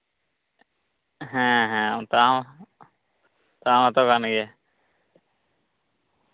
ᱦᱮᱸ ᱦᱮᱸ ᱛᱟᱣ ᱛᱟ ᱢᱟᱛᱚ ᱠᱟᱱ ᱜᱮᱭᱟ